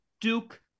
Duke